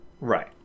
Right